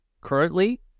currently